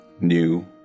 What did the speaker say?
new